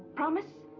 promise?